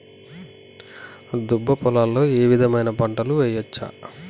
దుబ్బ పొలాల్లో ఏ విధమైన పంటలు వేయచ్చా?